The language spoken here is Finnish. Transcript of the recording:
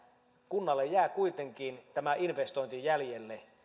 kunnalle jää kuitenkin tämä investointi jäljelle